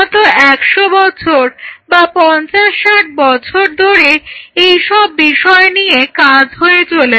বিগত 100 বছর বা 50 60 বছর ধরে এইসব বিষয় নিয়ে কাজ হয়ে চলেছে